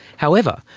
however,